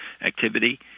activity